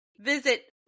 visit